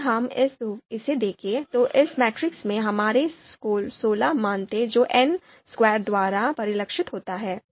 यदि हम इसे देखें तो इस मैट्रिक्स में हमारे सोलह मान थे जो n स्क्वायर द्वारा परिलक्षित होता है